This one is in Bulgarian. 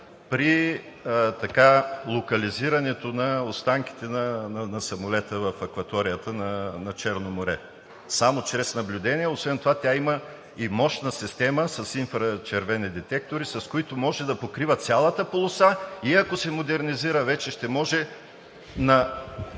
при локализирането на останките на самолета в акваторията на Черно море – само чрез наблюдение. Освен това тя има и мощна система с инфрачервени детектори, с които може да покрива цялата полоса, и ако се модернизира, вече ще може